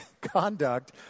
conduct